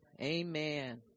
Amen